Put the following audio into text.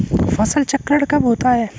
फसल चक्रण कब होता है?